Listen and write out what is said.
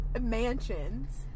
mansions